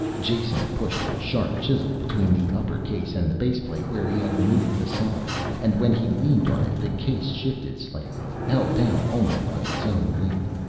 jason pushed a sharp chisel between the upper case and the baseplate where he had removed the solder, and when he leaned on it the case shifted slightly, held down only by its own weight.